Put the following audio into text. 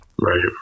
Right